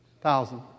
thousand